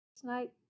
tonight